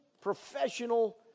professional